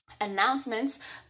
announcements